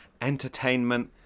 entertainment